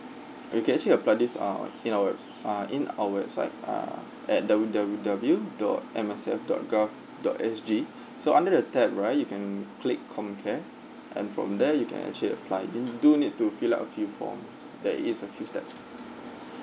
uh you can actually apply this ah in our webs~ ah in our website ah at W W W dot M S F dot G O V dot S G so under the tab right you can click comcare and from there you can actually apply you do need to fill up a few forms there is a few steps